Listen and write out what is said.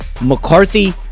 McCarthy